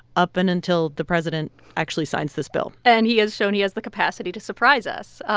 up and until the president actually signs this bill and he has shown he has the capacity to surprise us.